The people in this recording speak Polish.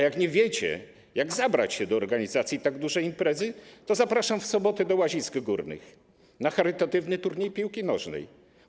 Jeśli nie wiecie, jak zabrać się do organizacji tak dużej imprezy, to zapraszam w sobotę do Łazisk Górnych na charytatywny turniej piłki nożnej.